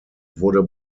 wurde